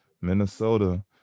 minnesota